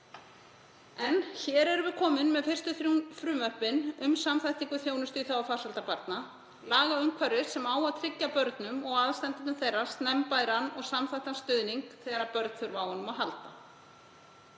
En hér erum við komin með fyrstu þrjú frumvörpin um samþættingu þjónustu í þágu farsældar barna, lagaumhverfi sem á að tryggja börnum og aðstandendum þeirra snemmbæran og samþættan stuðning þegar börn þurfa á honum að halda.